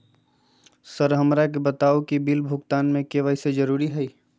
Sir हमरा के बताओ कि बिल भुगतान में के.वाई.सी जरूरी हाई?